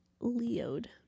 leod